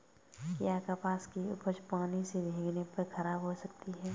क्या कपास की उपज पानी से भीगने पर खराब हो सकती है?